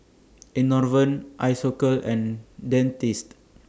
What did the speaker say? Enervon Isocal and Dentiste